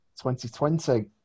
2020